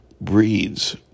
breeds